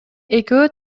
экөө